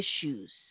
issues